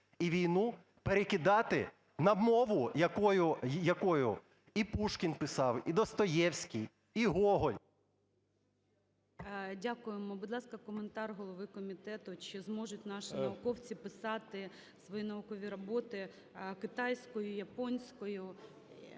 і війну перекидати на мову, якою і Пушкін писав, і Достоєвський, і Гоголь? ГОЛОВУЮЧИЙ. Дякуємо. Будь ласка, коментар голови комітету чи зможуть наші науковці писати свої наукові роботи китайською, японською,